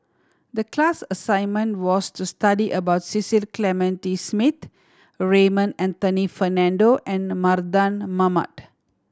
the class assignment was to study about Cecil Clementi Smith Raymond Anthony Fernando and Mardan Mamat